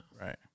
Right